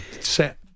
set